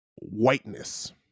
whiteness